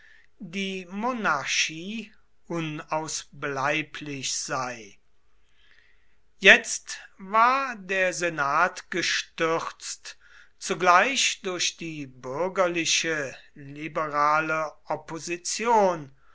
die monarchie unausbleiblich sei jetzt war der senat gestürzt zugleich durch die bürgerliche liberale opposition